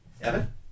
Evan